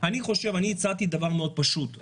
אני הצעתי דבר מאוד פשוט,